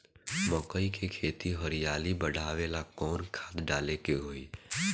मकई के खेती में हरियाली बढ़ावेला कवन खाद डाले के होई?